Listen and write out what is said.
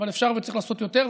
אבל אפשר וצריך לעשות יותר,